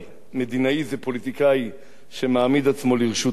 מדינאי זה פוליטיקאי שמעמיד עצמו לרשות עמו,